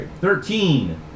Thirteen